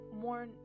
more